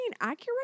accurate